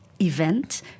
event